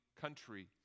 country